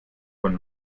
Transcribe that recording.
von